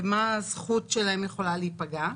במה הזכות שלהם יכולה להיפגע.